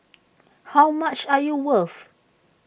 how much are you worth